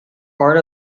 part